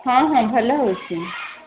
ହଁ ହଁ ଭଲ ହେଉଛି